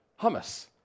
hummus